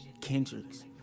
Kendricks